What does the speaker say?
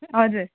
हजुर